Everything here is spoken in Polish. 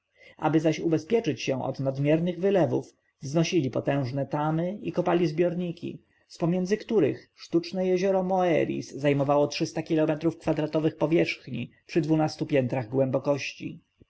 zaś ubezpieczyć się od nadmiernych wylewów wznosili potężne tamy i kopali zbiorniki z pomiędzy których sztuczne jezioro moeris zajmowało trzysta kilometrów kwadratowych powierzchni przy dwunastu piętrach głębokości